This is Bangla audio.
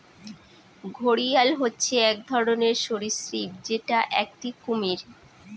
ঘড়িয়াল হচ্ছে এক ধরনের সরীসৃপ যেটা একটি কুমির